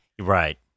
Right